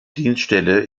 dienststelle